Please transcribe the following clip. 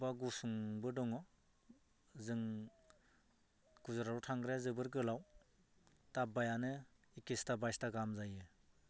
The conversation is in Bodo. बबेबा गुसुंबो दङ जों गुजरातआव थांग्राया जोबोद गोलाव डाब्बायानो इकिसथा बाय्सथा गाहाम जायो